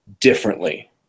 differently